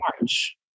March